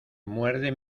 muerde